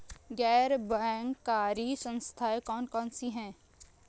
गैर बैंककारी संस्थाएँ कौन कौन सी हैं?